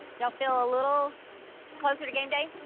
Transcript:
y'all feel a little closer to game day?